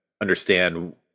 understand